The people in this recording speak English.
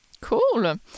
Cool